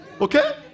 okay